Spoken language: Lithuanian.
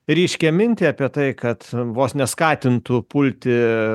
ryškią mintį apie tai kad vos neskatintų pulti